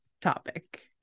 topic